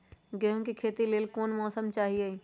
गेंहू के खेती के लेल कोन मौसम चाही अई?